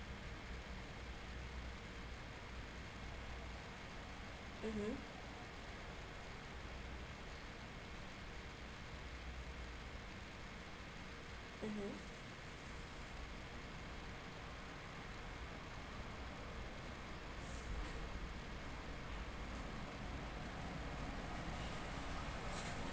mm mm mm